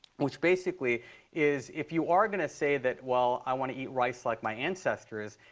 which basically is if you are going to say that, well, i want to eat rice like my ancestors,